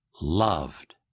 loved